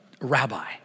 rabbi